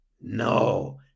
No